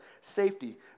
safety